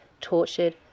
tortured